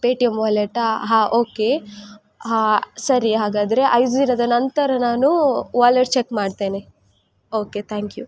pay T M ವಾಲೆಟಾ ಹಾಂ okay ಹಾಂ ಸರಿ ಹಾಗಾದರೆ ಐದು ದಿನದ ನಂತರ ನಾನೂ ವಾಲೆಟ್ ಚೆಕ್ ಮಾಡ್ತೇನೆ ಓಕೆ ಥ್ಯಾಂಕ್ ಯು